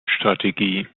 strategie